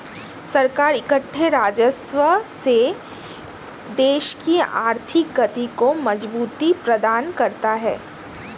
सरकार इकट्ठे राजस्व से देश की आर्थिक गति को मजबूती प्रदान करता है